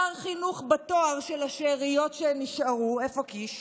שר חינוך בתואר של השאריות שנשארו, איפה קיש?